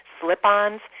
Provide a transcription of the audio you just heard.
Slip-ons